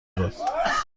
داد